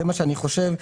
זה מה שאני חושב,